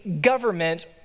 government